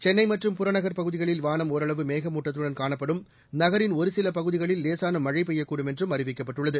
சென்னை மற்றும் புறநகர் பகுதிகளில் வானம் ஒரளவு மேகமூட்டத்துடன் காணப்படும் நகரின் ஒரு சில பகுதிகளில் லேசான மழை பெய்யக்கூடும் என்றும் அறிவிக்கப்பட்டுள்ளது